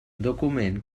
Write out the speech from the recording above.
document